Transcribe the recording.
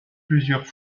plusieurs